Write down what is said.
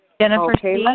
Jennifer